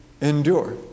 endure